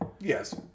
yes